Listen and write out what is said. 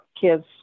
kids